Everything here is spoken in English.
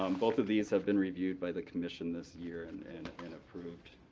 um both of these have been reviewed by the commission this year and and and approved.